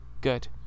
Good